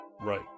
Right